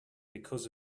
because